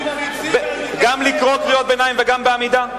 גם לקרוא קריאות ביניים וגם בעמידה?